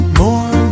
more